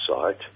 site